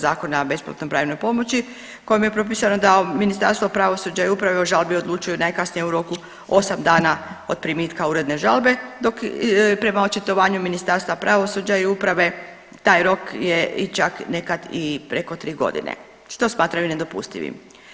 Zakona o besplatnoj pravnoj pomoći kojom je propisano da Ministarstvo pravosuđa i uprave o žalbi odlučuje najkasnije u roku osam dana od primitka uredne žalbe dok prema očitovanju Ministarstva pravosuđa i uprave taj rok je i čak nekad preko tri godine što smatraju nedopustivim.